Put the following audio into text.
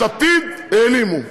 אבל את לפיד העלימו,